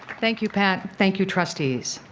thank you pat. thank you trustees.